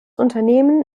unternehmen